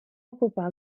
ocupar